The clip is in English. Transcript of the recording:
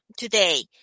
Today